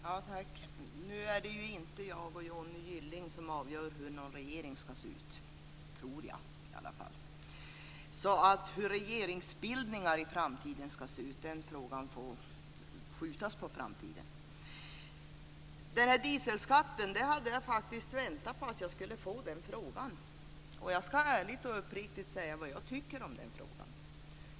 Fru talman! Nu är det ju inte jag och Johnny Gylling som avgör hur någon regering ska se ut - tror jag, i alla fall. Frågan om hur regeringsbildningar i framtiden ska se ut får skjutas på framtiden. När det gäller dieselskatten hade jag faktiskt väntat på att få den frågan. Jag ska ärligt och uppriktigt säga vad jag tycker om den.